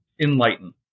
enlighten